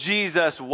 Jesus